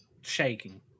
shaking